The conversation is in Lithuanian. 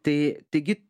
tai taigi